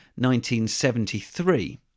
1973